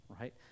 Right